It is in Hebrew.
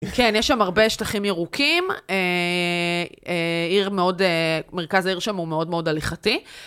כן, יש שם הרבה שטחים ירוקים, עיר מאוד, מרכז העיר שם הוא מאוד מאוד הליכתי.